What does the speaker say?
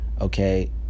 okay